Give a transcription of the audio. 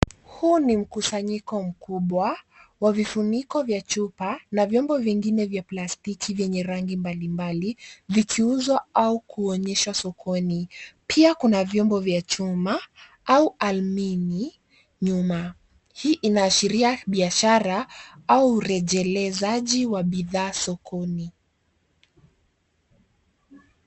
Huu ni mkusanyiko mkubwa wa vifuniko vya chupa na vyomba vingine vya plastiki vyenye rangi mbali mbali vikiuzwa au kuonyeshwa sokoni. Pia kuna vyombo vya chuma au alumini nyuma, hii inashiria biashara au urejerezaji wa bidhaa sokoni.